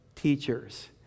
teachers